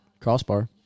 crossbar